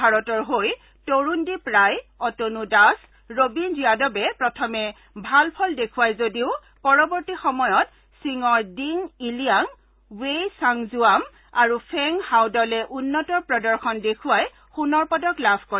ভাৰতৰ হৈ তৰুণদ্বীপ ৰায় অতনু দাস আৰু ৰবীন যাদৱে প্ৰথমে ভাল ফল দেখুৱাই যদিও পৰৱৰ্তী সময়ত চীনৰ দিং ইলিয়াং ৱেই ছাংজুৱাম আৰু ফেং হাও দলে উন্নত প্ৰদৰ্শন দেখুৱাই সোণৰ পদক লাভ কৰে